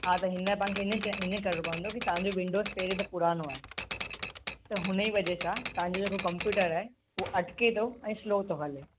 हा त हिन तव्हां खे हिन च हिन करिणो पवंदो के तव्हां जो विंडोस पहिरें त पुरानो आहे त हुन ई वजह सां तव्हां जो जेको कंप्यूटर आहे उहो अटिके थो ऐं स्लो थो हले